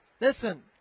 listen